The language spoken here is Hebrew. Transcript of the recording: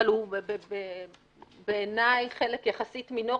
אבל הוא בעיניי חלק יחסית מינורי,